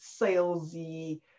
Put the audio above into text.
salesy